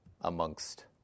amongst